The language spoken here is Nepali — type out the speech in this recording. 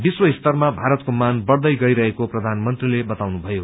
विश्व स्तरमा भारतमा मान बढ़दै गइरहेको प्रधानमन्त्रीले बताउनुभयो